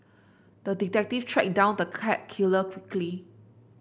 the detective tracked down the cat killer quickly